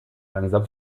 langsam